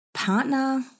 Partner